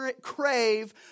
crave